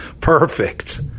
Perfect